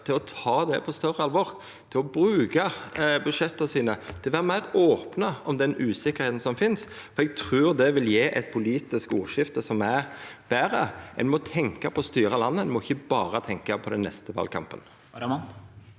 til å ta det på eit større alvor og til å bruka budsjetta sine til å vera meir opne om den usikkerheita som finst. Eg trur det vil gje eit politisk ordskifte som er betre. Ein må tenkja på å styra landet; ein må ikkje berre tenkja på den neste valkampen.